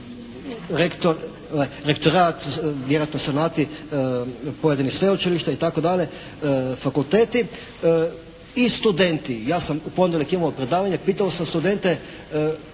rektorat, vjerojatno senati pojedinih sveučilišta itd., fakulteti i studenti. Ja sam u ponedjeljak imao predavanje, pitao sam studente,